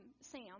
Sam